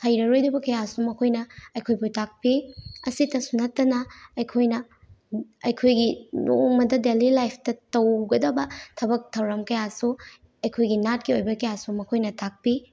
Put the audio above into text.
ꯍꯩꯔꯔꯣꯏꯗꯕ ꯀꯌꯥꯁꯨ ꯃꯈꯣꯏꯅ ꯑꯩꯈꯣꯏꯕꯨ ꯇꯥꯛꯄꯤ ꯑꯁꯤꯇꯁꯨ ꯅꯠꯇꯅ ꯑꯩꯈꯣꯏꯅ ꯑꯩꯈꯣꯏꯒꯤ ꯅꯣꯡꯃꯗ ꯗꯦꯜꯂꯤ ꯂꯥꯏꯐꯇ ꯇꯧꯒꯗꯕ ꯊꯕꯛ ꯊꯧꯔꯝ ꯀꯌꯥꯁꯨ ꯑꯩꯈꯣꯏꯒꯤ ꯅꯥꯠꯀꯤ ꯑꯣꯏꯕ ꯀꯌꯥꯁꯨ ꯃꯈꯣꯏꯅ ꯇꯥꯛꯄꯤ